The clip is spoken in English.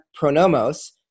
Pronomos